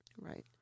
Right